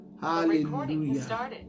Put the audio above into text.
Hallelujah